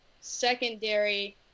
secondary